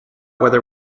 whether